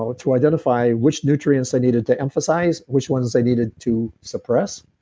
so to identify which nutrients they needed to emphasize, which ones they needed to suppress.